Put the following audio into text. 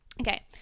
Okay